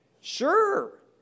Sure